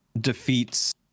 defeats